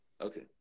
Okay